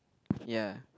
ya